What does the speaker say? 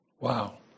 Wow